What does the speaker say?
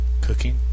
cooking